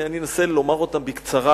אני אנסה לומר אותם בקצרה,